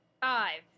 Five